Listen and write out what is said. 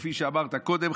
וכפי שאמרת קודם,